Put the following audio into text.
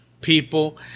people